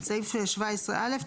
"(7ג)